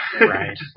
Right